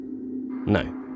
No